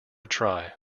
try